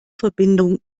verbindung